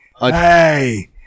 hey